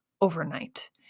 overnight